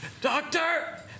Doctor